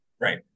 Right